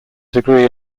degree